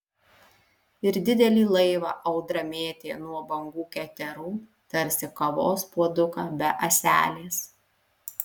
ir didelį laivą audra mėtė nuo bangų keterų tarsi kavos puoduką be ąselės